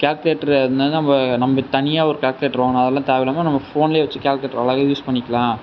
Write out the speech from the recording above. calculator இருந்தால் நம்ம நம்ம தனியாக ஒரு கால்குலேட்டர் வாங்கணும் அதெல்லாம் தேவையில்லாம நம்ம ஃபோன்லேயே வச்சு கால்குலேட்டர் அழகாக யூஸ் பண்ணிக்கலாம்